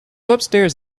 upstairs